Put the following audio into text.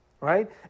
right